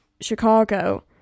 Chicago